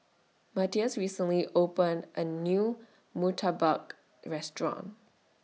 Matthias recently opened A New Murtabak Restaurant